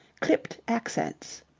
clipped accents,